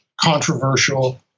controversial